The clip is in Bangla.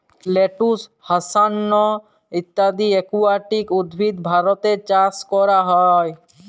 লেটুস, হ্যাসান্থ ইত্যদি একুয়াটিক উদ্ভিদ ভারতে চাস ক্যরা হ্যয়ে